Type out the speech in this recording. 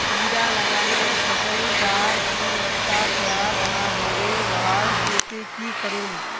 कीड़ा लगाले फसल डार गुणवत्ता खराब ना होबे वहार केते की करूम?